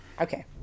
Okay